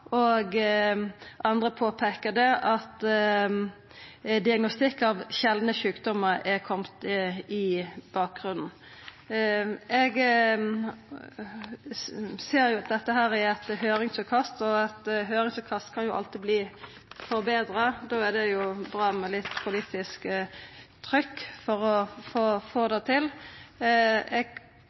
og andre påpeikar at diagnostikk av sjeldne sjukdomar er komen i bakgrunnen. Eg ser at dette er eit høyringsutkast, og eit høyringsutkast kan alltid verte forbetra. Da er det bra med litt politisk trykk for å få det til. Men når strategien no kjem, ville eg